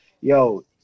Yo